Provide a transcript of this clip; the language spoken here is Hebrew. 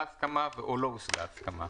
הסכמה ומה קורה אם לא הושגה הסכמה.